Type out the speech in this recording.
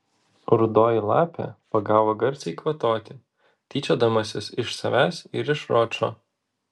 rudoji lapė pagavo garsiai kvatoti tyčiodamasis iš savęs ir iš ročo